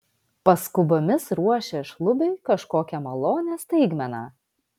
paskubomis ruošė šlubiui kažkokią malonią staigmeną